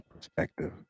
perspective